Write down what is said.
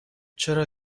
چرا